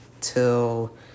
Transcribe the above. Till